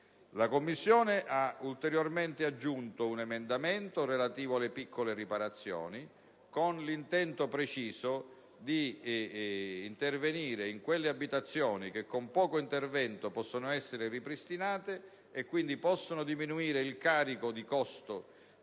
La Commissione ha ulteriormente aggiunto un emendamento relativo alle piccole riparazioni con l'intento preciso di intervenire su quelle abitazioni che con poco intervento possono essere ripristinate e che quindi possono diminuire il carico